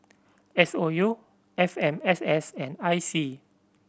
S O U F M S S and I C